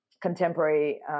contemporary